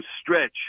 stretch